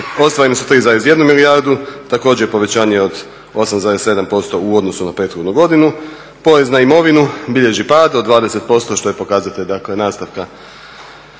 ostvareni u 3,1 milijardu, također i povećanje od 8,7% u odnosu na prethodnu godinu. Porez na imovinu bilježi pad od 20% što je pokazatelj dakle